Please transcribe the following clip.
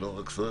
רק סוהר?